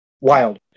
wild